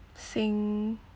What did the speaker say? xing